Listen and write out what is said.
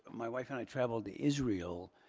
my wife and i traveled to israel,